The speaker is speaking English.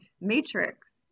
matrix